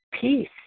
peace